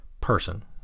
person